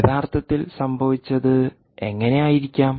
യഥാർത്ഥത്തിൽ സംഭവിച്ചത് എങ്ങനെയായിരിക്കാം